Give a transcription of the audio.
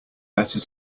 better